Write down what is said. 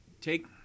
take